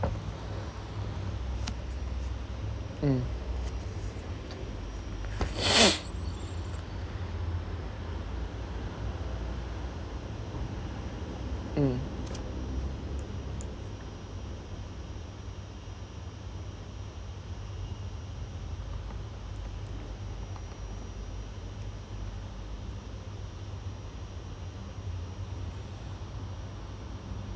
mm mm